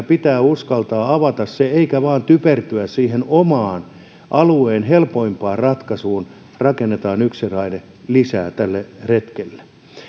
pitää uskaltaa avata hyviä ajatuksia eikä vain typertyä siihen omaan alueen helpoimpaan ratkaisuun rakennetaan yksi raide lisää tälle retkelle